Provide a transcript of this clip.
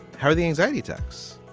how are the anxiety attacks?